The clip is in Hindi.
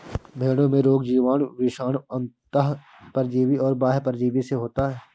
भेंड़ों में रोग जीवाणु, विषाणु, अन्तः परजीवी और बाह्य परजीवी से होता है